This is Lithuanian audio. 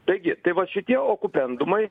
taigi tai va šitie okupendumai